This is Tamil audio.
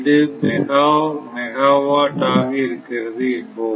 இது மெகா வாட் ஆக இருக்கிறது என்போம்